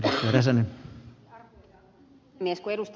kun ed